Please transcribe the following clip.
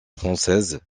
française